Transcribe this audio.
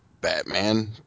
Batman